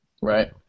Right